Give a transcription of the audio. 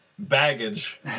Baggage